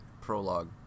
prologue